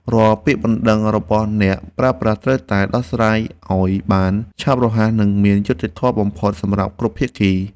រាល់ពាក្យបណ្ដឹងរបស់អ្នកប្រើប្រាស់ត្រូវតែដោះស្រាយឱ្យបានឆាប់រហ័ស និងមានយុត្តិធម៌បំផុតសម្រាប់គ្រប់ភាគី។